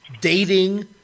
dating